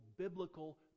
biblical